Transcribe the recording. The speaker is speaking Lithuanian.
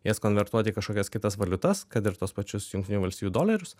jas konvertuoti į kažkokias kitas valiutas kad ir tuos pačius jungtinių valstijų dolerius